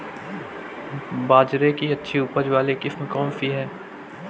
बाजरे की अच्छी उपज वाली किस्म कौनसी है?